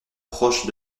proche